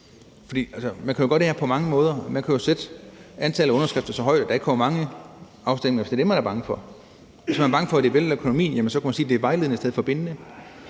man kan jo gøre det her på mange måder. Man kan sætte antallet af underskrifter så højt, at der ikke kommer mange afstemninger, hvis det er det, man er bange for. Hvis man er bange for, at det vælter økonomien, kunne man sige, at det er vejledende i stedet for bindende.